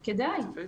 כדאי.